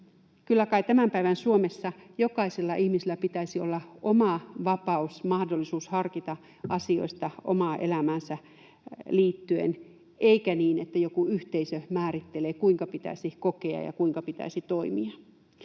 tämän päivän Suomessa jokaisella ihmisellä pitäisi olla oma vapaus, mahdollisuus harkita asioita omaan elämäänsä liittyen, eikä niin, että joku yhteisö määrittelee, kuinka pitäisi kokea ja kuinka pitäisi toimia.